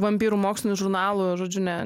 vampyrų mokslinių žurnalų žodžiu ne